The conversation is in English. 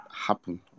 happen